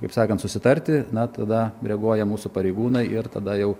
kaip sakant susitarti na tada reaguoja mūsų pareigūnai ir tada jau